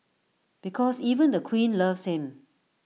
because even the queen loves him